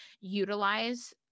utilize